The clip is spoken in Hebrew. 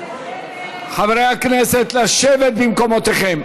חברי הכנסת, לשבת במקומותיכם.